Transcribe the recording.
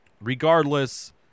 regardless